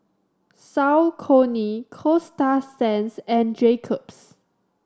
Saucony Coasta Sands and Jacob's